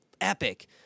epic